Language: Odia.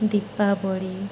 ଦୀପାବଳି